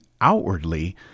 outwardly